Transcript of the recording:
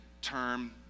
term